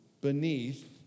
beneath